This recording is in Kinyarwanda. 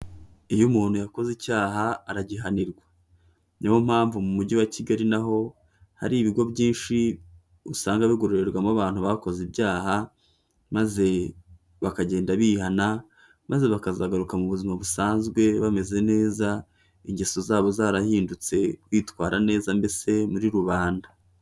Iyo umuntu yakoze icyaha aragihanirwa. Ni yo mpamvu mu Mujyi wa Kigali na ho hari ibigo byinshi usanga bigororerwamo abantu bakoze ibyaha, maze bakagenda bihana, maze bakazagaruka mu buzima busanzwe bameze neza, ingeso zabo zarahindutse bitwara neza mbese muri rubanda.